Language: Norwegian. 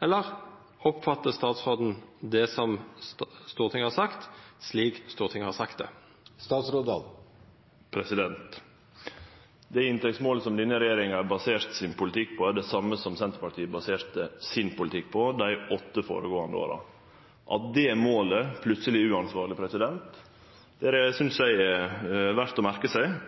eller oppfattar statsråden det som Stortinget har sagt, slik Stortinget har sagt det? Det inntektsmålet som denne regjeringa har basert sin politikk på, er det same som Senterpartiet baserte sin politikk på dei åtte føregåande åra. At det målet plutseleg er uansvarleg, synest eg det er verdt å merkje seg,